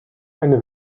eine